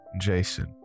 Jason